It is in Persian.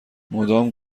مدام